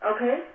Okay